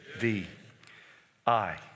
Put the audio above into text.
V-I